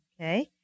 Okay